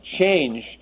change